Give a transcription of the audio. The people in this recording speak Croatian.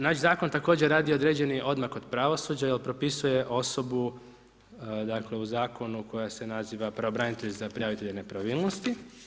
Naš zakon također radi određeni odmak od pravosuđa jer propisuje osobu u zakonu koja se naziva pravobranitelja za prijavitelja nepravilnosti.